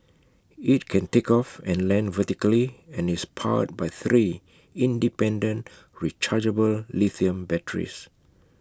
IT can take off and land vertically and is powered by three independent rechargeable lithium batteries